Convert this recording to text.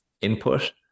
input